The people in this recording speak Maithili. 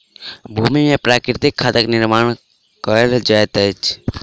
भूमि में प्राकृतिक खादक निर्माण कयल जाइत अछि